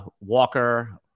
Walker